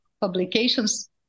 publications